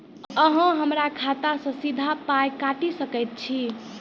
अहॉ हमरा खाता सअ सीधा पाय काटि सकैत छी?